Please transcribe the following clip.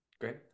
Great